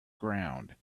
ground